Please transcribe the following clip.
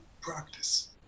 practice